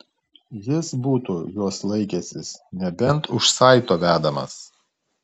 jis būtų jos laikęsis nebent už saito vedamas